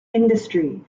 industry